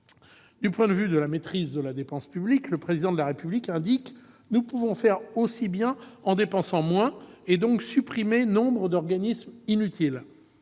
En matière de maîtrise de la dépense publique, le Président de la République indique :« Nous pouvons faire aussi bien en dépensant moins et donc supprimer nombre d'organismes inutiles.